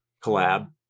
Collab